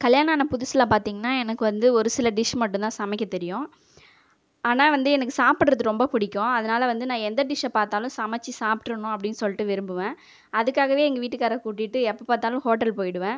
கல்யாணம் ஆன புதுசில் பார்த்திங்கனா எனக்கு வந்து ஒரு சில டிஷ் மட்டுந்தான் சமைக்க தெரியும் ஆனால் வந்து எனக்கு சாப்பிட்றது ரொம்ப பிடிக்கும் அதனால் வந்து நான் எந்த டிஷ் பார்த்தாலும் சமைச்சு சாப்பிட்றணும் அப்டின்னு சொல்லிட்டு விரும்புவேன் அதுக்காகவே எங்கள் வீட்டுக்காரரை கூட்டிட்டு எப்போ பார்த்தாலும் ஹோட்டல் போய்டுவேன்